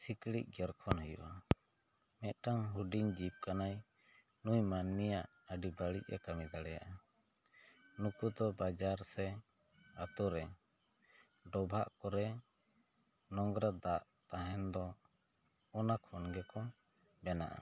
ᱥᱤᱠᱬᱤᱡ ᱜᱮᱨ ᱠᱷᱚᱱ ᱦᱩᱭᱩᱜᱼᱟ ᱢᱤᱫᱴᱟᱝ ᱦᱩᱰᱤᱧ ᱡᱤᱵ ᱠᱟᱱᱟᱭ ᱱᱩᱭ ᱢᱟᱹᱱᱢᱤᱭᱟᱜ ᱟᱹᱰᱤ ᱵᱟᱹᱲᱤᱡ ᱮ ᱠᱟᱹᱢᱤ ᱫᱟᱲᱮᱭᱟᱜᱼᱟ ᱱᱩᱠᱩ ᱫᱚ ᱵᱟᱡᱟᱨ ᱥᱮ ᱟᱛᱚ ᱨᱮ ᱰᱚᱵᱷᱟᱜ ᱠᱚᱨᱮ ᱱᱚᱢᱨᱟ ᱫᱟᱜ ᱛᱟᱦᱮᱱ ᱫᱚ ᱚᱱᱟ ᱠᱷᱚᱱ ᱜᱮᱠᱚ ᱵᱮᱱᱟᱜᱼᱟ